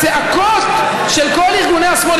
הזעקות של כל ארגוני השמאל,